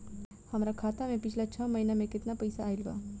हमरा खाता मे पिछला छह महीना मे केतना पैसा आईल बा?